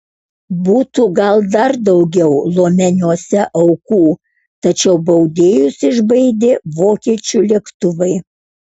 būtų gal dar daugiau lomeniuose aukų tačiau baudėjus išbaidė vokiečių lėktuvai